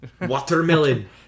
watermelon